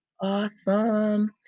Awesome